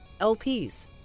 LPs